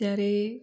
ત્યારે